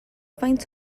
faint